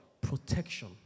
Protection